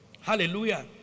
Hallelujah